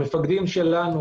המפקדים שלנו